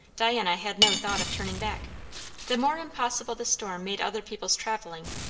diana had no thought of turning back the more impossible the storm made other people's travelling,